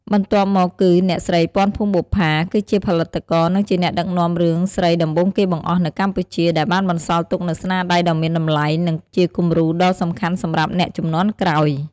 បន្ទាប់មកគឺអ្នកស្រី ពាន់ ភួងបុប្ផា គឺជាផលិតករ និងជាអ្នកដឹកនាំរឿងស្រីដំបូងគេបង្អស់នៅកម្ពុជា ដែលបានបន្សល់ទុកនូវស្នាដៃដ៏មានតម្លៃ និងជាគំរូដ៏សំខាន់សម្រាប់អ្នកជំនាន់ក្រោយ។